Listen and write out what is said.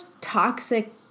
toxic